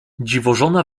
dziwożona